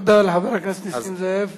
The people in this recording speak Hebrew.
תודה לחבר הכנסת נסים זאב.